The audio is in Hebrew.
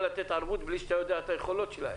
לתת ערבות בלי שאתה יודע את היכולות שלהן.